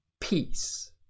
peace